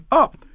up